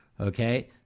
okay